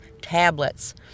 tablets